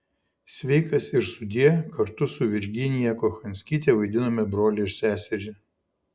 sveikas ir sudie kartu su virginiją kochanskyte vaidinome brolį ir seserį